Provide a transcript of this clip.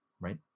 right